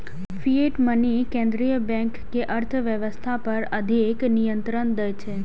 fiat money केंद्रीय bank कें अर्थव्यवस्था पर अधिक नियंत्रण दै छै